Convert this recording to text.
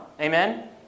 Amen